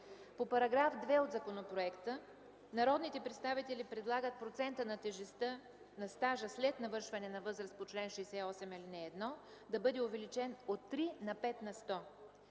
По § 2 от Законопроекта народните представители предлагат процентът на тежестта на стажа след навършване на възраст по чл. 68, ал. 1 да бъде увеличен от три на пет на сто.